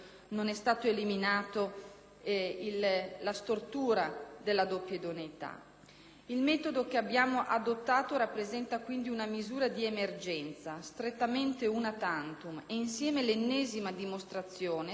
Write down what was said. la stortura della doppia idoneità. Il metodo che abbiamo adottato rappresenta quindi una misura di emergenza strettamente *una tantum* e insieme l'ennesima dimostrazione, se ancora ce ne fosse bisogno,